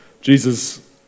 Jesus